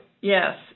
yes